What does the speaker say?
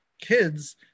kids